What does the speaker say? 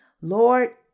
Lord